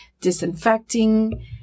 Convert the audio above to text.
disinfecting